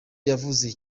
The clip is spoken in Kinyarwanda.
yavuze